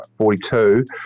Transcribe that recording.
42